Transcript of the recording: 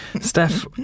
Steph